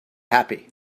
happy